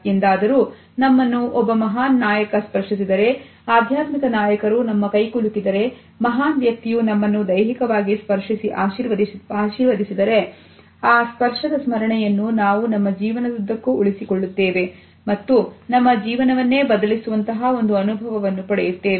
ಎಂದಾದರೂ ನಮ್ಮನ್ನು ಒಬ್ಬ ಮಹಾನ್ ನಾಯಕ ಸ್ಪರ್ಶಿಸಿದರೆ ಆಧ್ಯಾತ್ಮಿಕ ನಾಯಕರು ನಮ್ಮ ಕೈಕುಲುಕಿದರೇ ಮಹಾನ್ ವ್ಯಕ್ತಿಯು ನಮ್ಮನ್ನು ದೈಹಿಕವಾಗಿ ಸ್ಪರ್ಶಿಸಿ ಆಶೀರ್ವದಿಸಿದರೆ ಆ ಸ್ಪರ್ಶದ ಸ್ಮರಣೆಯನ್ನು ನಾವು ನಮ್ಮ ಜೀವನದುದ್ದಕ್ಕೂ ಉಳಿಸಿಕೊಳ್ಳುತ್ತೇವೆ ಮತ್ತು ನಮ್ಮ ಜೀವನವನ್ನೇ ಬದಲಿಸುವಂತಹ ಒಂದು ಅನುಭವವನ್ನು ಪಡೆಯುತ್ತೇವೆ